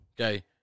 okay